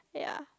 yeah